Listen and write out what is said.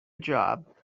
job